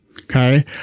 Okay